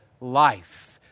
life